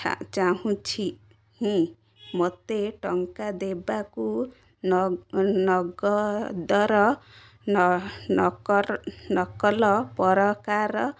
ଚାହୁଁଛି ମୋତେ ଟଙ୍କା ଦେବାକୁ ନଗଦର ନକଲ ପରକାର